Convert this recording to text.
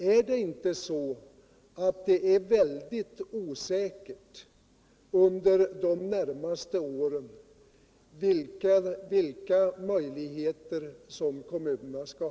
Är det inte väldigt osäkert under de närmaste åren vilka möjligheter kommunerna har?